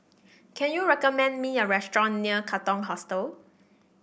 can you recommend me a restaurant near Katong Hostel